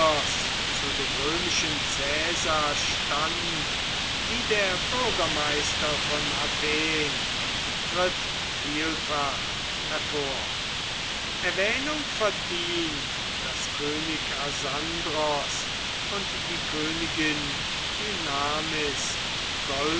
zu dem römischen caesar stand wie der bürgermeister von athen tritt vielfach hervor erwähnung verdient daß könig asandros und die königin